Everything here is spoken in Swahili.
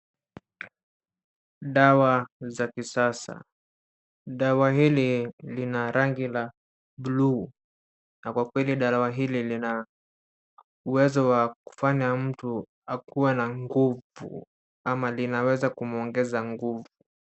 Dawa za kisasa. Dawa hili lina rangi la buluu na kwa kweli dawa hili lina uwezo wa kufanya mtu akue na nguvu ama linaweza kumwogeza nguvu.